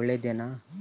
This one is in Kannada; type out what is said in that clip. ಒಳ್ಳೇದೇನಾ?